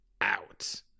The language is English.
out